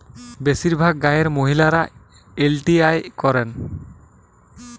বেশিরভাগ গাঁয়ের মহিলারা এল.টি.আই করেন